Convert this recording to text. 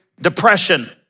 Depression